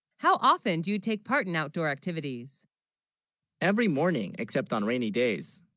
how, often do you take part in outdoor activities every morning except on rainy, days